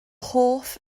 hoff